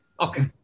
Okay